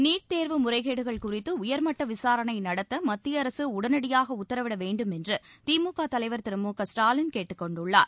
NEET தேர்வு முறைகேடுகள் குறித்து உயர்மட்ட விசாரணை நடத்த மத்திய அரசு உடனடியாக உத்தரவிட வேண்டும் என்று திமுக தலைவர் திரு மு க ஸ்டாவின் கேட்டுக் கொண்டுள்ளார்